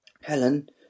Helen